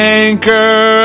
anchor